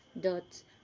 dot